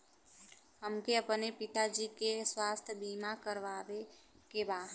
हमके अपने पिता जी के स्वास्थ्य बीमा करवावे के बा?